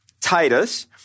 Titus